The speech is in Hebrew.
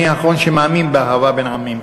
אני האחרון שמאמין באהבה בין עמים.